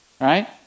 right